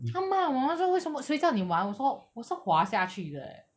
他骂我骂我为什么谁叫你玩我说我是滑下去的 leh